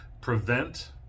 prevent